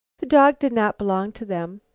the dog did not belong to them.